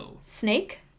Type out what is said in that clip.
snake